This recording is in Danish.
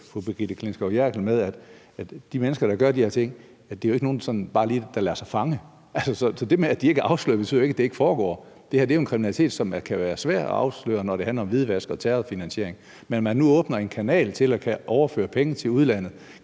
fru Brigitte Klintskov Jerkel med at sige, at de mennesker, der gør de her ting, jo ikke er nogen, der bare lige lader sig fange. Så det, at vi ikke afslører det, betyder ikke, at det ikke foregår. Det her er jo en form for kriminalitet, som kan være svær at afsløre, når det handler om hvidvask og terrorfinansiering. Men det, at man nu åbner en kanal til at kunne overføre penge til udlandet